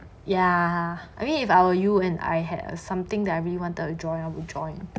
ya I mean if I were you and I had something that I really wanted to join I'll join